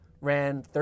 ran